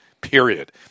Period